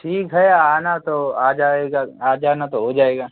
ठीक है आना तो आ जाएगा आ जाना तो हो जाएगा